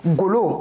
golo